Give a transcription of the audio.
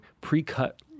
pre-cut